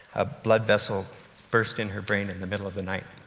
a blood vessel burst in her brain in the middle of the night.